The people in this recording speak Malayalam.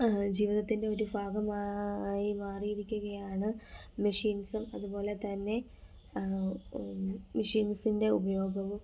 ജീവിതത്തിൻ്റെ ഒരു ഭാഗമായി മാറിയിരിക്കുകയാണ് മെഷീൻസും അതുപോലെ തന്നേ മെഷീൻസിൻ്റെ ഉപയോഗവും